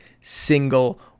single